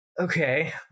Okay